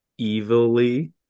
evilly